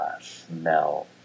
smell